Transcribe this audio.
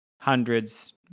hundreds